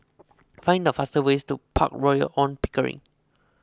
find the fastest ways to Park Royal on Pickering